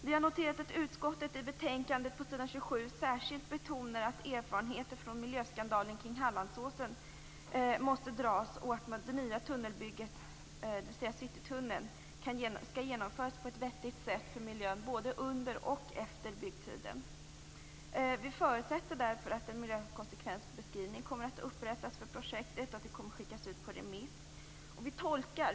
Vi har noterat att utskottet i betänkandet på s. 27 särskilt betonar att man måste dra erfarenheter av miljöskandalen från Hallandsåsen. Det nya tunnelbygget, dvs. Citytunneln, skall genomföras på ett vettigt sätt för miljön både under och efter byggtiden. Vi förutsätter därför att en miljökonsekvensbeskrivning kommer att upprättas för projektet och att den skickas ut på remiss.